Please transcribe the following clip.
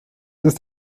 ist